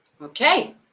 okay